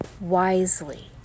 wisely